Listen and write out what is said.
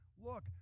look